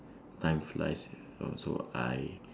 time flies oh so I